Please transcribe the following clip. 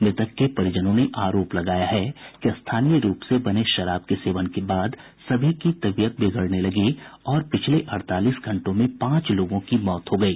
मृतक के परिजनों ने आरोप लगाया है कि स्थानीय रूप से बने शराब के सेवन के बाद सभी की तबीयत बिगड़ने लगी और पिछले अड़तालीस घंटों में पांच लोगों की मौत हो गयी